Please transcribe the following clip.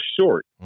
short